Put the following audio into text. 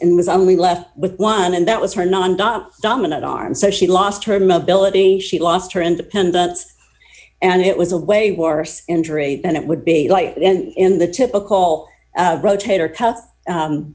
and was only left with one and that was her not dominant arm so she lost her mobility she lost her independence and it was a way worse injury than it would be like in the typical rotator